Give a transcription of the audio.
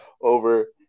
over